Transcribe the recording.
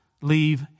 leave